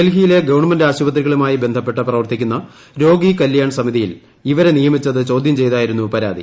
ഡൽഹിയിലെ ഗവൺമെന്റ് ആശുപ്ത്രികളുമായി ബ്ധ്ധിപ്പെട്ട് പ്രവർത്തിക്കുന്ന രോഗി കല്യാൺ സമിതിയിൽ ഇവരെ രീ്യുമിച്ചത് ചോദ്യം ചെയ്തായിരുന്നു പരാതി